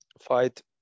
fight